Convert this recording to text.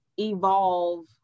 evolve